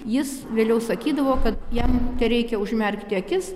jis vėliau sakydavo kad jam tereikia užmerkti akis